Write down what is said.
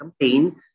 campaign